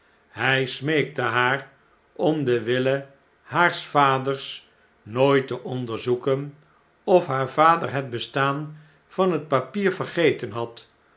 hij smeekte haar om den wille haars vaders nooit te onderzoeken of haar vader het bestaan van het papier vergeten had